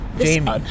Jamie